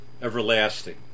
Everlasting